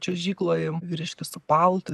čiuožykloje vyriškis su paltu